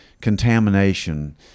contamination